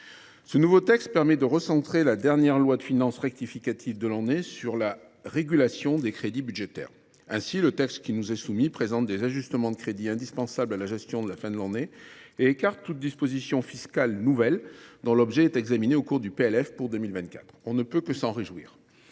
Ce nouveau type de texte permet de recentrer la dernière loi de finances rectificative de l’année sur la régulation des crédits budgétaires. Ainsi, ce projet de loi présente les ajustements de crédits indispensables à la gestion de la fin de l’année et écarte toute disposition fiscale nouvelle, dont la création est réservée au PLF. On ne peut que s’en réjouir.